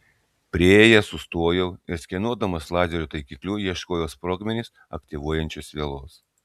priėjęs sustojau ir skenuodamas lazerio taikikliu ieškojau sprogmenis aktyvuojančios vielos